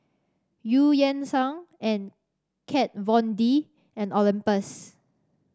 Eu Yan Sang and Kat Von D and Olympus